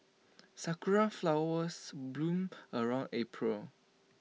Sakura Flowers bloom around April